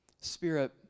Spirit